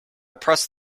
pressed